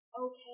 okay